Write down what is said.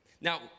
Now